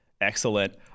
excellent